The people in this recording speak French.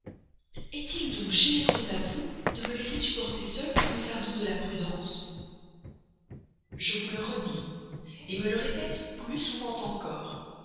est-il donc généreux à vous de me laisser supporter seule tout le fardeau de la prudence je vous le redis me le répète plus souvent encore